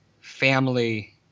family